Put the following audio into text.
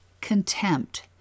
Contempt